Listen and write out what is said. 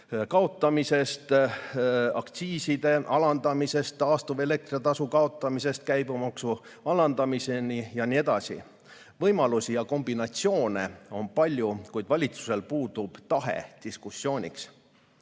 kaotamisest, aktsiiside alandamisest, taastuvelektri tasu kaotamisest kuni käibemaksu alandamiseni jne. Võimalusi ja kombinatsioone on palju, kuid valitsusel puudub tahe diskussiooniks.